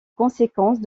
conséquence